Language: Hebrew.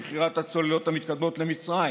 למכירת הצוללות המתקדמות למצרים.